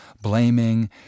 blaming